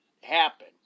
happen